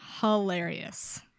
hilarious